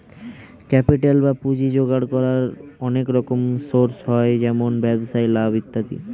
capital বা পুঁজি জোগাড় করার অনেক রকম সোর্স হয়, যেমন ব্যবসায় লাভ ইত্যাদি